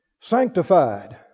Sanctified